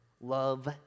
love